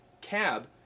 cab